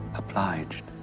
obliged